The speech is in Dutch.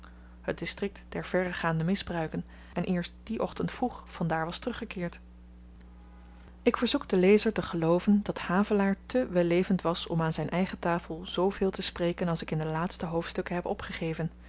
parang koedjang het distrikt der verregaande misbruiken en eerst dien ochtend vroeg van daar was teruggekeerd ik verzoek den lezer te gelooven dat havelaar te wellevend was om aan zyn eigen tafel zooveel te spreken als ik in de laatste hoofdstukken heb opgegeven